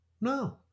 No